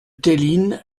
theline